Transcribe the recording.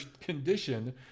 condition